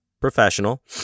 professional